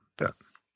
Yes